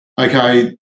okay